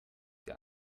der